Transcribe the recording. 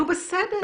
נו, בסדר.